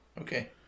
Okay